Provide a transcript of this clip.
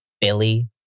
Billy